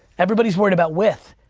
everybody's worried about width.